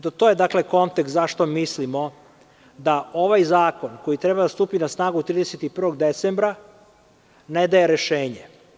To je kontekst zašto mislimo da ovaj zakon, koji treba da stupi na snagu 31. decembra ne daje rešenje.